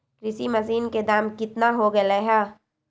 कृषि मशीन के दाम कितना हो गयले है?